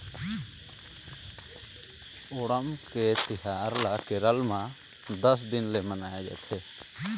ओणम के तिहार ल केरल म दस दिन ले मनाए जाथे